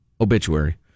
obituary